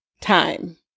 time